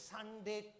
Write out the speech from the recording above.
Sunday